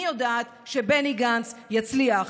אני יודעת שבני גנץ יצליח.